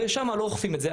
ושם לא אוכפים את זה.